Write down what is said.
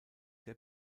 der